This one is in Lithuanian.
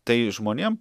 tai žmonėm